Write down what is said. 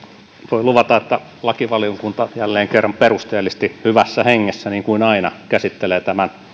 voin luvata että lakivaliokunta jälleen kerran perusteellisesti hyvässä hengessä niin kuin aina käsittelee tämän